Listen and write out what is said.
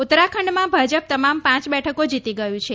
ઉત્તરાખંડમાં ભાજપ તમામ પ બેઠકો જીતી ગ્યું છે